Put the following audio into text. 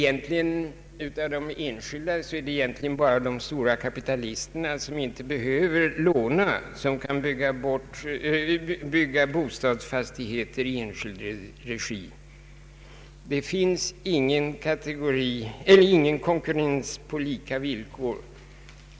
Av de enskilda är det egentligen bara de stora kapitalisterna som inte behöver låna, som kan bygga bostadsfastigheter i enskild regi. Det finns ingen konkurrens på lika villkor.